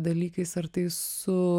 dalykais ar tai su